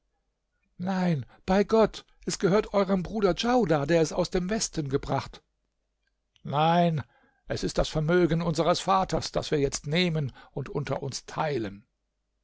nein bei gott es gehört eurem bruder djaudar der es aus dem westen gebracht nein es ist das vermögen unseres vater das wir jetzt nehmen und unter uns teilen